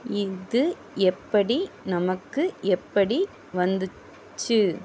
இது எப்படி நமக்கு எப்படி வந்துச்சு